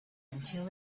into